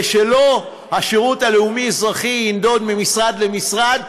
ושהשירות הלאומי-האזרחי לא ינדוד ממשרד למשרד.